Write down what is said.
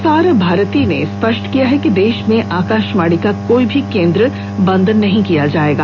प्रसार भारती ने स्पष्ट किया है कि देश में आकाशवाणी का कोई भी केन्द्र बंद नहीं किया जा रहा है